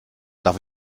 darf